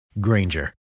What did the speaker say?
Granger